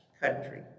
country